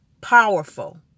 powerful